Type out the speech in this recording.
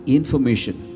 Information